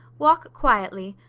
walk quietly.